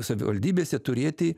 savivaldybėse turėti